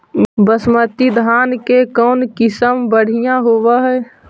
बासमती धान के कौन किसम बँढ़िया होब है?